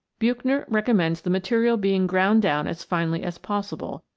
buchner recommends the material being ground down as finely as possible,